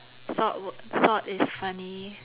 thought was thought is funny